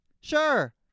Sure